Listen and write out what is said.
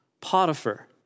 Potiphar